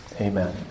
Amen